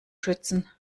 schützen